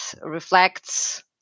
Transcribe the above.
reflects